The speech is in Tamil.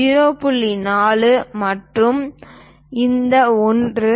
0 மற்றும் இந்த ஒன்று 0